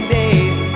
days